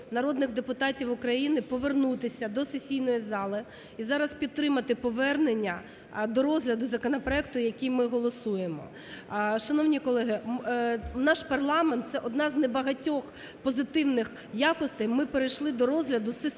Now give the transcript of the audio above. народних депутатів України повернутися до сесійної зали і зараз підтримати повернення до розгляду законопроекту, який ми голосуємо. Шановні колеги, наш парламент це одна з небагатьох позитивних якостей. Ми перейшли до розгляду системно